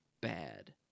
bad